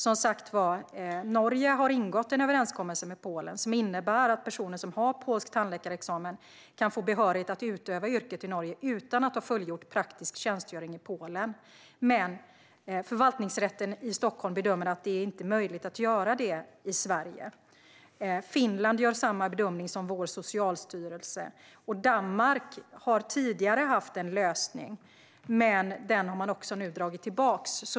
Norge har som sagt ingått en överenskommelse med Polen som innebär att personer som har polsk tandläkarexamen kan få behörighet att utöva yrket i Norge utan att ha fullgjort praktisk tjänstgöring i Polen. Förvaltningsrätten i Stockholm bedömer dock att det inte är möjligt att göra detta i Sverige. Finland gör samma bedömning som vår socialstyrelse. Danmark har tidigare haft en lösning, men den har man nu dragit tillbaka.